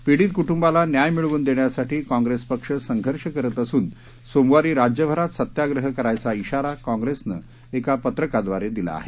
पीडितक्ट्बालान्यायमिळवूनदेण्यासाठीकाँग्रेसपक्षसंघर्षकरतअसूनसोमवारीराज्यभरातस त्याग्रहकरायचाइशाराकाँग्रेसनंएकापत्रकाद्वारेदिलाआहे